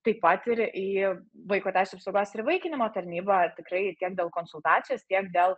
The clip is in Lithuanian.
taip pat ir į vaiko teisių apsaugos ir įvaikinimo tarnybą tikrai tiek dėl konsultacijos tiek dėl